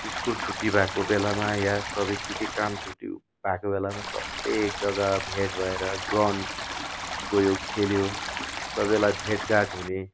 school छुट्टी भएको बेलामा या सबै के के काम छुट्टी भएको बेलामा सबै एकजग्गा भेट भएर ग्राउन्ड गयो खेल्यो सबैलाई भेटघाट हुने